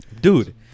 Dude